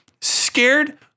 Scared